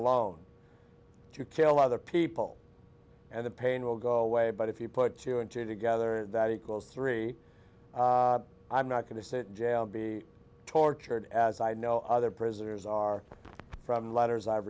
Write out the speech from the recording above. alone to kill other people and the pain will go away but if you put two and two together that equals three i'm not going to jail be tortured as i know other prisoners are from letters i've